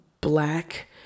black